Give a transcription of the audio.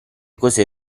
cose